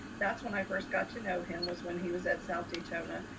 that's when i first got to know him was when he was at south daytona.